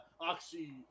Oxy